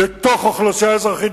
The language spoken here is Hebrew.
לתוך אוכלוסייה אזרחית,